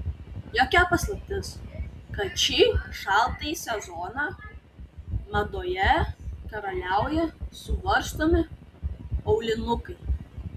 jokia paslaptis kad šį šaltąjį sezoną madoje karaliauja suvarstomi aulinukai